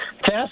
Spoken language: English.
test